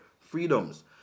freedoms